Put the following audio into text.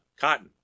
cotton